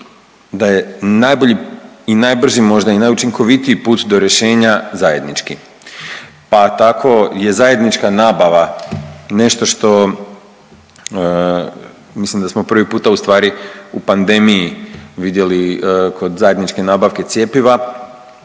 da je najbolji i najbrži možda i najučinkovitiji put do rješenja zajednički. Pa tako je zajednička nabava nešto što, mislim da smo prvi puta u stvari u pandemiji vidjeli kod zajedničke nabavke cjepiva,